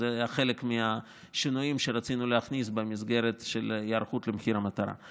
שזה היה חלק מהשינויים שרצינו להכניס במסגרת ההיערכות למחיר המטרה.